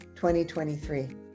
2023